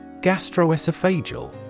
Gastroesophageal